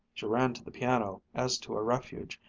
she ran to the piano as to a refuge,